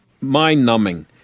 mind-numbing